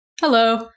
Hello